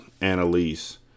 Annalise